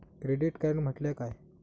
Credit card म्हटल्या काय?